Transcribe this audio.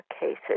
cases